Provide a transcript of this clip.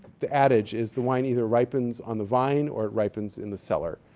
the adage is the wine either ripens on the vine or it ripens in the cellar.